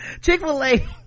Chick-fil-A